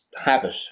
habit